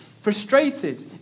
Frustrated